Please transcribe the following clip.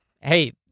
hey